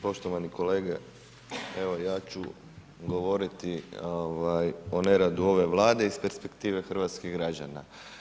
Poštovani kolege, ja ću govoriti o neradu ove vlade iz perspektive hrvatskih građana.